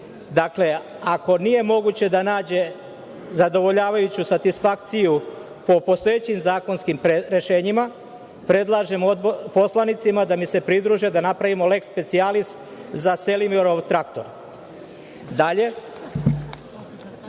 Dakle, ako nije moguće da nađe zadovoljavajuću satisfakciju po postojećim zakonskim rešenjima, predlažem poslanicima da mi se pridruže da napravimo leks specijalis za Selimirov